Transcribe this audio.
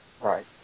Right